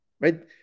right